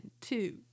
two